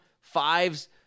Five's